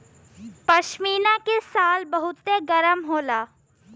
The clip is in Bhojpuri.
पश्मीना के शाल बहुते गरम होला